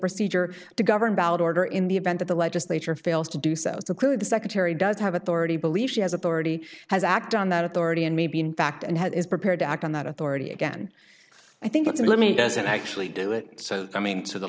procedure to govern ballot order in the event that the legislature fails to do so seclude the secretary does have authority believe she has authority has acted on that authority and maybe in fact and had is prepared to act on that authority again i think it's a let me doesn't actually do it so i mean to the